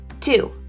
Two